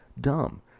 DUMB